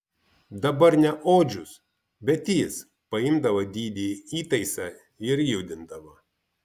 dabar ne odžius bet jis paimdavo didįjį įtaisą ir judindavo